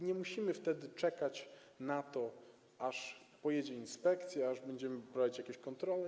Nie musimy wtedy czekać na to, aż pojedzie inspekcja, aż będziemy prowadzić jakieś kontrole.